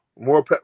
More